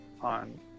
on